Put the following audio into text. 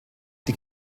die